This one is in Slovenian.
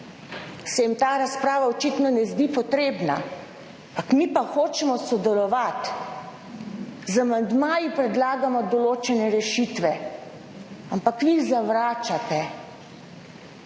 jim ta razprava očitno ne zdi potrebna. Ampak mi pa hočemo sodelovati. Z amandmaji, predlagamo določene rešitve, ampak vi jih zavračate.